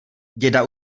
děda